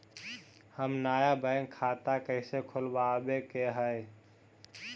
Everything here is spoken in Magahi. हम नया बैंक खाता कैसे खोलबाबे के है?